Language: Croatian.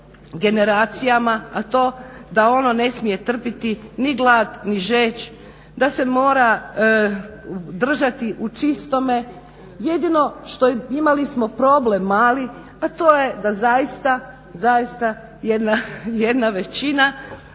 generacijama, a to da ono ne smije trpiti ni glad ni žeđ, da se mora držati u čistome. Jedino što smo imali mali problem, a to da zaista jedna većina